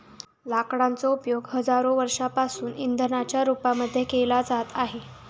लाकडांचा उपयोग हजारो वर्षांपासून इंधनाच्या रूपामध्ये केला जात आहे